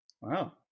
Wow